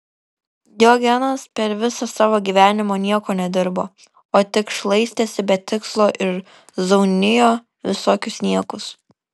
diogenas per visą savo gyvenimą nieko nedirbo o tik šlaistėsi be tikslo ir zaunijo visokius niekus